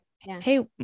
hey